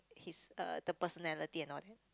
his uh the personality and all that